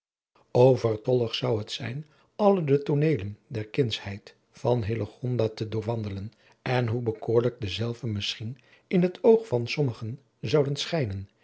overtollig zou het zijn alle de tooneelen der kindschheid van hillegonda te doorwandelen en hoe bekoorlijk dezelve misschien in het oog van sommigen zouden schijnen